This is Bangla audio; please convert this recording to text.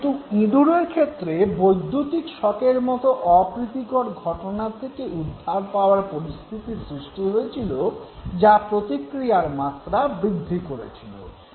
কিন্তু ইঁদুরের ক্ষেত্রে বৈদ্যুতিক শকের মতো অপ্রীতিকর ঘটনার থেকে উদ্ধার পাওয়ার পরিস্থিতি সৃষ্টি হয়েছিল যা প্রতিক্রিয়ার মাত্রা বৃদ্ধি করেছিল